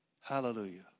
Hallelujah